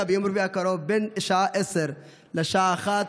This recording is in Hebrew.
ביום רביעי הקרוב בין שעה 10:00 לשעה 13:00,